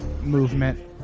movement